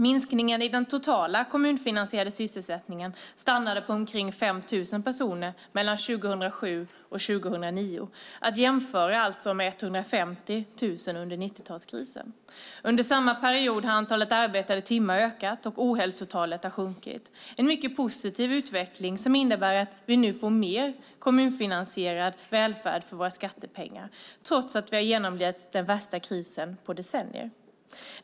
Minskningen i den totala kommunfinansierade sysselsättningen stannade på omkring 5 000 personer mellan 2007 och 2009 - att jämföra med 150 000 under 90-talskrisen. Under samma period har antalet arbetade timmar ökat och ohälsotalet sjunkit, en mycket positiv utveckling som innebär att vi nu får mer kommunfinansierad välfärd för våra skattepengar, trots att vi har genomlevt den värsta krisen på decennier.